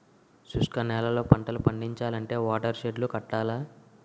శుష్క నేలల్లో పంటలు పండించాలంటే వాటర్ షెడ్ లు కట్టాల